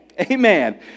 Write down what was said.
Amen